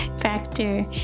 factor